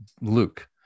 Luke